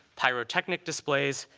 pyrotechnic displays,